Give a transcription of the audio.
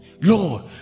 Lord